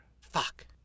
Fuck